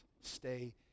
stay